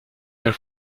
air